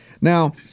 Now